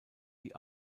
die